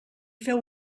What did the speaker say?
feu